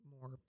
more